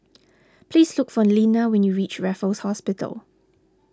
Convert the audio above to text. please look for Linna when you reach Raffles Hospital